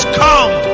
come